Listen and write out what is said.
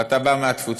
ואתה בא מהתפוצות,